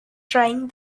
trying